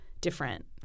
different